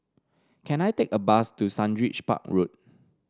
can I take a bus to Sundridge Park Road